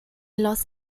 los